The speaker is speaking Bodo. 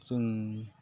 जों